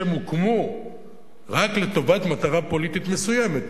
שהוקמו רק לטובת מטרה פוליטית מסוימת.